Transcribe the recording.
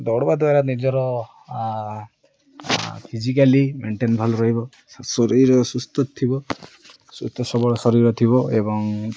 ଦୌଡ଼ିବା ଦ୍ୱାରା ନିଜର ଫିଜିକାଲି ମେଣ୍ଟେନ ଭଲ୍ ରହିବ ଶରୀର ସୁସ୍ଥ ଥିବ ସୁସ୍ଥସବଳ ଶରୀର ଥିବ ଏବଂ